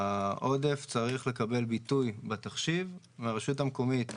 העודף צריך לקבל ביטוי בתחשיב מהרשות המקומית,